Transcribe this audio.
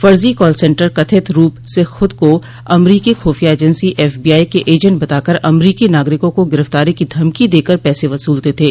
फर्जो call centre कथित रूप से खद को अमरीकी खफिया एजेंसी एफबीआई के एजेंट बताकर अमरीकी नागरिकों को गिरफ्तारी की धमकी देकर पैसे वसूलते थे